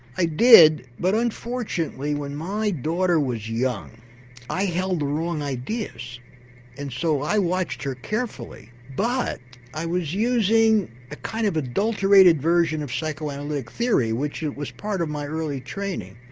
i did but unfortunately when my daughter was young i held the wrong ideas and so i watched her carefully but i was using a kind of adulterated version of psychoanalytic theory which was part of my early training.